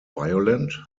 violent